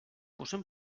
posem